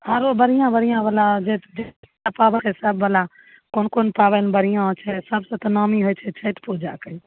आरो बढ़िआँ बढ़िआँ सब बाला कोन कोन पाबनि बढ़िआँ होइ छै सब से नामी होइ छै छठि पूजा